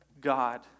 God